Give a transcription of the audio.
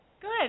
Good